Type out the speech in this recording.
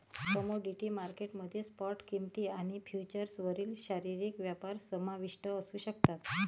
commodity market मध्ये spot किंमती आणि फ्युचर्सवरील शारीरिक व्यापार समाविष्ट असू शकतात